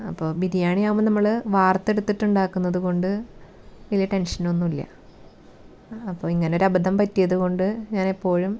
അപ്പോ ബിരിയാണി ആവുമ്പോൾ നമ്മൾ വാർത്തെടുത്തിട്ട് ഉണ്ടാക്കുന്നതു കൊണ്ട് വലിയ ടെൻഷനൊന്നുമില്ല അപ്പം ഇങ്ങനെ ഒരു അബദ്ധം പറ്റിയത് കൊണ്ട് ഞാനെപ്പോഴും